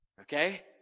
Okay